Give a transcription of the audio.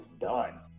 done